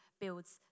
builds